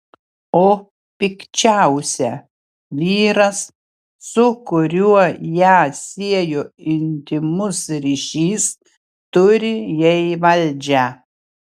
o pikčiausia vyras su kuriuo ją siejo intymus ryšys turi jai valdžią